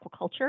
aquaculture